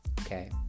okay